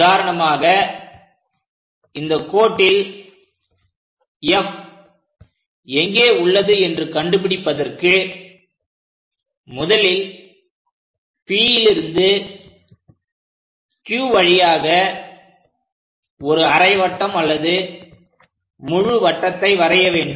உதாரணமாக இந்த கோட்டில் F எங்கே உள்ளது என்று கண்டுபிடிப்பதற்கு முதலில் Pலிருந்து Q வழியாக ஒரு அரை வட்டம் அல்லது முழு வட்டத்தை வரைய வேண்டும்